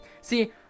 see